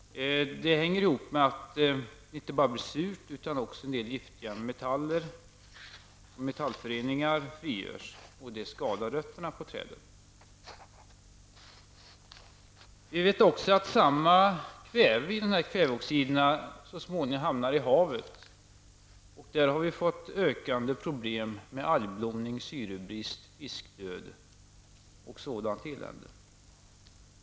Det hänger ihop med att det inte bara blir surt, utan att också en del giftiga metaller och metallföreningar frigörs. Det skadar rötterna på träden. Vi vet också att samma kväve i det här kväveoxidena så småningom hamnar i havet. Där har vi fått ett ökande problem med algblomning, syrebrist, fiskdöd och sådant elände.